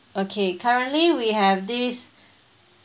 okay currently we have this